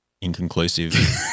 inconclusive